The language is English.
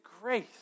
grace